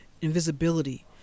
invisibility